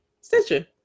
Stitcher